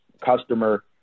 customer